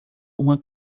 uma